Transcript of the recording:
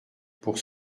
pour